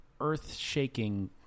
earth-shaking